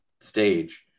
stage